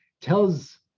tells